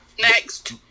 Next